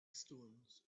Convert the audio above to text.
stones